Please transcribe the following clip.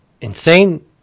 insane